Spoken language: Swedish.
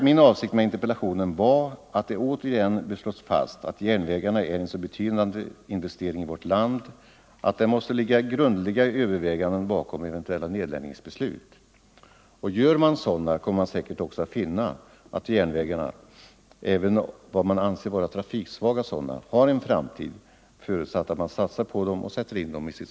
Min avsikt med interpellationen var att det återigen bör slås fast att